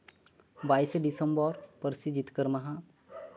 ᱵᱟᱭᱤᱥᱮ ᱰᱤᱥᱮᱢᱵᱚᱨ ᱯᱟᱹᱨᱥᱤ ᱡᱤᱛᱠᱟᱹᱨ ᱢᱟᱦᱟ